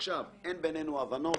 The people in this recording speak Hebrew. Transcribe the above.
אין בינינו הבנות.